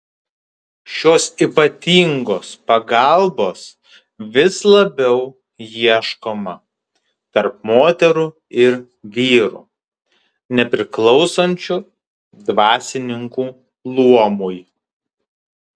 šios ypatingos pagalbos vis labiau ieškoma tarp moterų ir vyrų nepriklausančių dvasininkų luomui